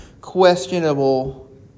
questionable